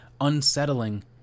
unsettling